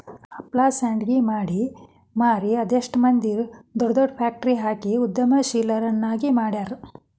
ಹಪ್ಳಾ ಶಾಂಡ್ಗಿ ಮಾಡಿ ಮಾರಿ ಅದೆಷ್ಟ್ ಮಂದಿ ದೊಡ್ ದೊಡ್ ಫ್ಯಾಕ್ಟ್ರಿ ಹಾಕಿ ಉದ್ಯಮಶೇಲರನ್ನಾಗಿ ಮಾಡ್ಯಾರ